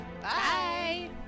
Bye